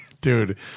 Dude